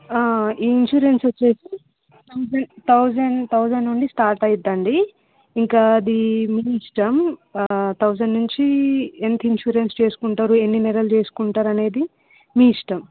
insurance వచ్చి thousand thousand thousand నుండి start అయిద్దండి ఇంకా అది మీ ఇష్టం థౌసండ్ నుంచి ఎంత ఇన్సూరెన్స్ చేసుకుంటారు ఎన్ని నెలలు చేసుకుంటారు అనేది మీ ఇష్టం